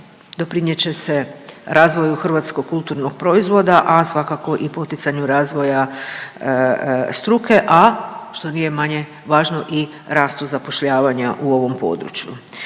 doprinijet će se razvoju hrvatskog kulturnog proizvoda, a svakako i poticanju razvoja struke, a što nije manje važno i rastu zapošljavanja u ovom području.